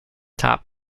top